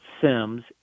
Sims